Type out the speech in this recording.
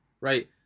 right